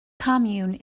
commune